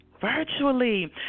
virtually